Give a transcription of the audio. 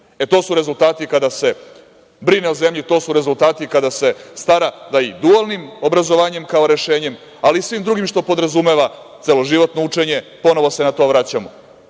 su rezultati kada se brine o zemlji, to su rezultati kada se stara da i dualnim obrazovanjem kao rešenjem, ali i svim drugim što podrazumeva celoživotno učenje, ponovo se na to vraćamo.